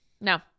No